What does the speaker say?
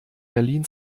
berlin